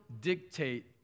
dictate